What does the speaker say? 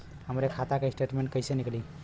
हमरे खाता के स्टेटमेंट कइसे निकली?